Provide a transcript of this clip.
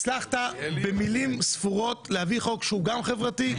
הצלחת במילים ספורות להביא חוק שהוא גם חברתי,